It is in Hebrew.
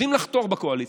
יודעים לחתור בקואליציה.